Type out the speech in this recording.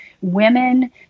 women